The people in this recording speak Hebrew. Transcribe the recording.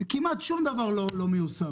וכמעט שום דבר לא מיושם.